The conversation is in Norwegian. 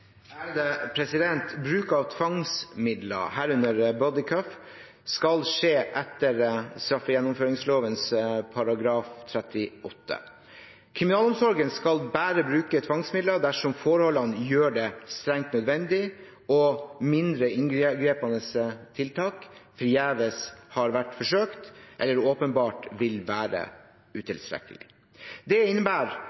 er akseptabel, og vil han endre praksisen i tråd med Sivilombudsmannens anbefalinger?» Bruk av tvangsmidler, herunder «body cuff», skal skje etter straffegjennomføringsloven § 38. Kriminalomsorgen skal bare bruke tvangsmidler dersom forholdene gjør det strengt nødvendig og mindre inngripende tiltak forgjeves har vært forsøkt eller åpenbart vil